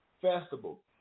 Festival